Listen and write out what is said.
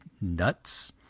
nuts